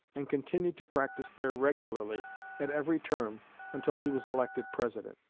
and continued to practice there regularly at every term until he was elected president.